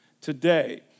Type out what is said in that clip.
today